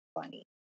funny